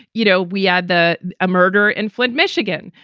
you know, we had the murder in flint, michigan,